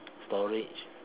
storage